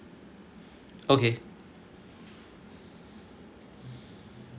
okay